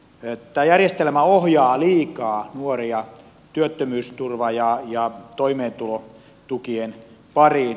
tämä järjestelmä ohjaa liikaa nuoria työttömyysturvan ja toimeentulotukien pariin